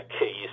keys